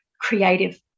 creative